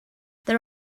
there